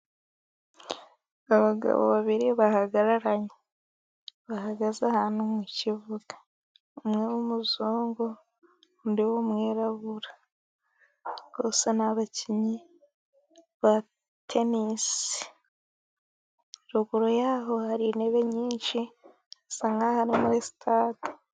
Abagabo babiri bahagaranye. Bahagaze ahantu mu kibuga. Umwe w'umuzungu undi w'umwirabura. Bose ni abakinnyi ba tenisi. Ruguru yaho hari intebe nyinshi, bisa nk'aho ari muri sitade.